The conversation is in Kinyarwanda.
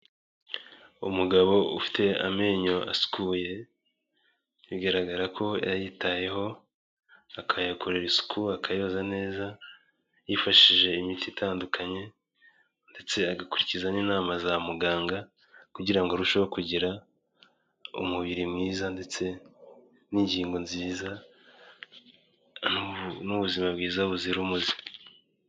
Umugabo ufite amenyo asukuye, bigaragara ko yayitayeho akayakorera isuku, akayoza neza yifashi imiti itandukanye ndetse agakurikiza n'inama za muganga kugira ngo arusheho kugira umubiri mwiza ndetse n'ingingo nziza n'ubuzima bwiza buzira umuze.